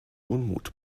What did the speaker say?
unmut